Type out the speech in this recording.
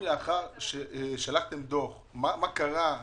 לאחר ששלחתם דוח מה קרה,